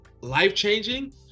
life-changing